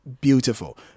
beautiful